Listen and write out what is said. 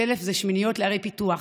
של"פ זה שמיניות לערי פיתוח.